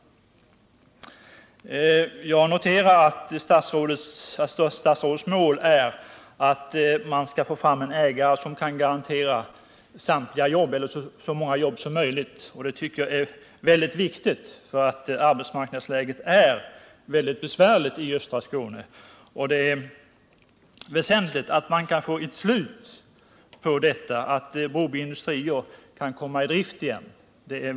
Jag noterar att statsrådets mål är att man skall få fram en ägare som kan garantera så många jobb som möjligt. Det tycker jag är mycket viktigt, för arbetsmarknadsläget är väldigt besvärligt i östra Skåne. Det är väsentligt att man kan få slut på krisen och att Broby Industrier kan komma i drift igen.